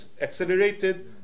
accelerated